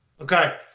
okay